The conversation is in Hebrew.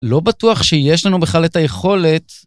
‫לא בטוח שיש לנו בכלל את היכולת...